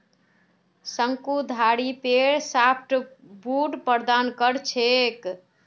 शंकुधारी पेड़ सॉफ्टवुड प्रदान कर छेक